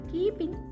Keeping